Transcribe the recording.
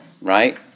right